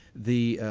the